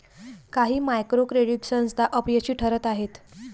काही micro credit संस्था अपयशी ठरत आहेत